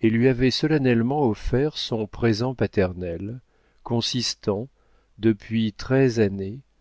et lui avait solennellement offert son présent paternel consistant depuis treize années